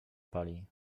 pali